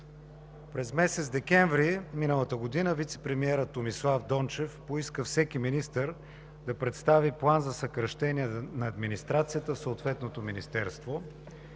През месец декември миналата година вицепремиерът Томислав Дончев поиска всеки министър да представи план за съкращение на администрацията в съответното министерство.